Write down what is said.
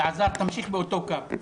אלעזר, תמשיך באותו קו.